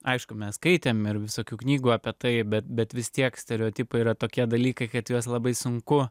aišku mes skaitėm ir visokių knygų apie tai bet bet vis tiek stereotipai yra tokie dalykai kad juos labai sunku